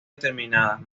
determinadas